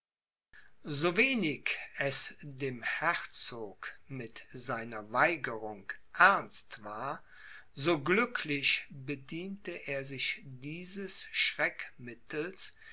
so wenig es dem herzog mit seiner weigerung ernst war so glücklich bediente er sich dieses